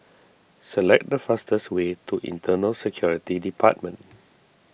select the fastest way to Internal Security Department